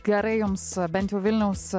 gerai jums bent jau vilniaus